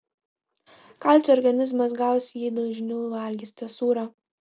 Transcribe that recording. kalcio organizmas gaus jei dažniau valgysite sūrio